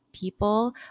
people